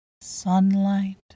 Sunlight